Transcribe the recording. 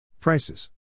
Prices